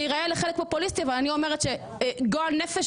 זה ייראה לחלק משהו פופוליסטי אבל אני אומרת שגועל נפש